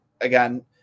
again